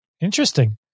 interesting